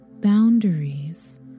boundaries